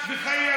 מה זה קשור?